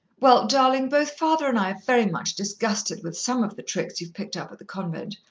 well, darling, both father and i are very much disgusted with some of the tricks you've picked up at the convent,